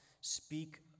speak